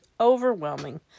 overwhelming